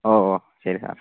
ഓ ഓ ശരി സാറേ